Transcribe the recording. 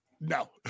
No